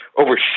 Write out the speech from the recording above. over